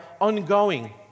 ongoing